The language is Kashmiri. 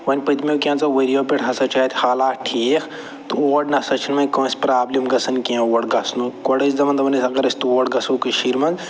وۄنۍ پٔتۍمیو کینٛژھو ؤرِیو پٮ۪ٹھ ہسا چھِ اَتہِ حالات ٹھیٖک تہٕ اور نہ سا چھِ وۄنۍ کٲنٛسہِ پرٛابلِم گژھان کیٚنہہ اور گژھنُک گۄڈٕ ٲسۍ دپان دپان ٲسۍ اگر أسۍ تور گژھو کٔشیٖرِ منٛز